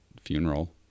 funeral